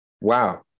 Wow